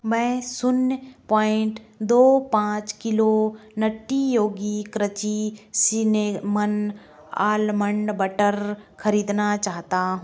मैं शून्य पॉइंट दो पाँच किलो Nutty Yogi crunchy cinnamon almond butter खरीदना चाहता